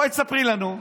בואי ספרי לנו.